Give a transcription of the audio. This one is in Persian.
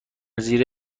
زیر